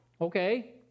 Okay